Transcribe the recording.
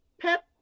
Pep